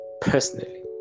Personally